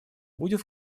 будет